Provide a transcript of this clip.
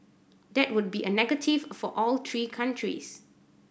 that would be a negative for all three countries